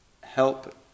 help